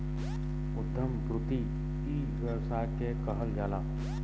उद्यम वृत्ति इ व्यवसाय के कहल जाला